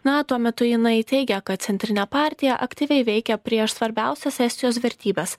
na tuo metu jinai teigė kad centrine partija aktyviai veikė prieš svarbiausias estijos vertybes